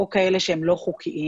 או כאלה שהם לא חוקיים.